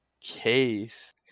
case